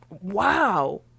Wow